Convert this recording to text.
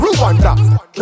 Rwanda